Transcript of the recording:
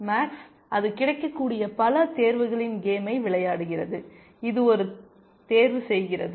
maths அது கிடைக்கக்கூடிய பல தேர்வுகளின் கேமை விளையாடுகிறது இது ஒரு தேர்வு செய்கிறது